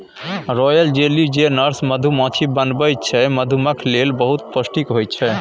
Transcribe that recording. royal jelly जे nurse मधुमाछी बनबै छै मनुखक लेल बहुत पौष्टिक होइ छै